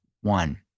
one